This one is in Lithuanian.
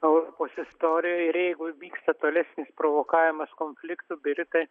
europos istorijoj ir jeigu vyksta tolesnis provokavimas konfliktų britai